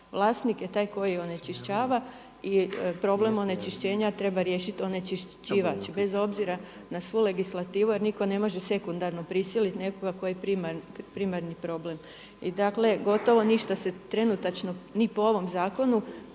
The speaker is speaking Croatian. Vlasnik je taj koji onečišćava i problem onečišćenja treba riješiti onečišćivač bez obzira na svu legislativu jer nitko ne može sekundarno prisiliti nekoga tko je primarni problem. I dakle gotovo ništa se trenutačno ni po ovom zakonu